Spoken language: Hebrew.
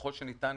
וככל שניתן,